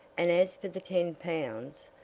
and as for the ten pounds,